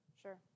sure